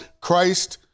Christ